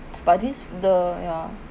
but this the ya